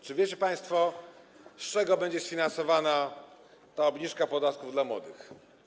Czy wiecie państwo, z czego będzie sfinansowana ta obniżka podatków dla młodych?